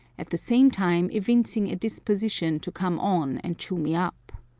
at the same time evincing a disposition to come on and chew me up.